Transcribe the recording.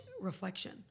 reflection